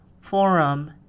forum